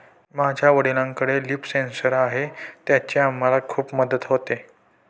माझ्या वडिलांकडे leaf sensor आहे त्याची आम्हाला खूप मदत होते